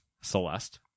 celeste